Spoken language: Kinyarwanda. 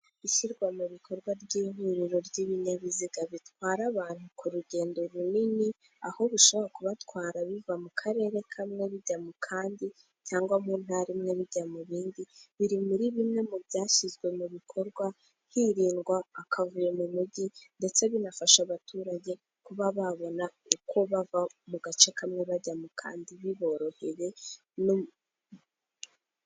Ishyirwa mu bikorwa ry'ihuriro ry'ibinyabiziga bitwara abantu ku rugendo runini, aho bishobora kubatwara biva mu karere kamwe bijya mu kandi cyangwa mu ntara imwe bijya mu yindi, biri muri bimwe mu byashyizwe mu bikorwa hirindwa akavuyo mu mugi, ndetse binafasha abaturage kuba babona uko bava mu gace kamwe, bajya mu kandi biborohereye no mu......